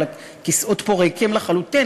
אבל הכיסאות פה ריקים לחלוטין,